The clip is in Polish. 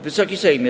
Wysoki Sejmie!